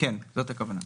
זאת הכוונה.